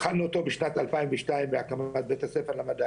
הביקור הבא יהיה גם בבית ספר למדעים,